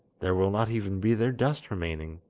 there will not even be their dust remaining